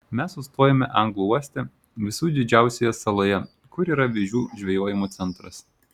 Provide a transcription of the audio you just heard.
mes sustojome anglų uoste visų didžiausioje saloje kur yra vėžių žvejojimo centras